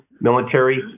military